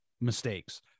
mistakes